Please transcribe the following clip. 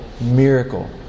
miracle